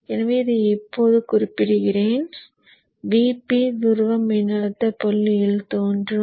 எனவே இதை இப்போது குறிப்பிடுகிறேன் இது Vp துருவ மின்னழுத்த புள்ளியில் தோன்றும்